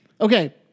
Okay